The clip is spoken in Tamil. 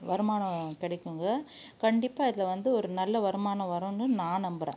வருமானம் கிடைக்குங்க கண்டிப்பாக இதில் வந்து ஒரு நல்ல வருமானம் வருனம்னு நான் நம்புகிறேன்